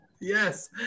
Yes